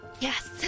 Yes